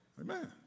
amen